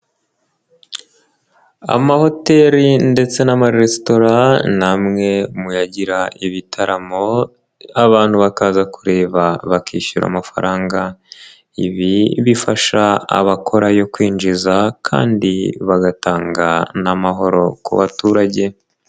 Amahoteri ndetse n'amaresitora ni amwe muyagira ibitaramo abantu bakaza kureba bakishyura amafaranga. Ibi bifasha abakorayo kwinjiza, kandi bagatanga amahoro ku baturage.